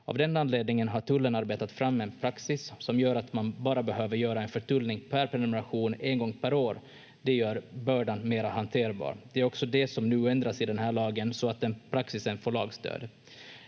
Tullen arbetat fram en praxis som gör att man bara behöver göra en förtullning per prenumeration en gång per år. Det gör bördan mera hanterbar. Det är också det som nu ändras i den här lagen så att den praxisen får lagstöd.